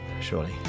surely